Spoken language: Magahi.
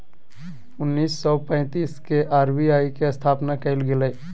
उन्नीस सौ पैंतीस के आर.बी.आई के स्थापना कइल गेलय